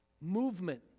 movement